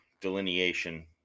delineation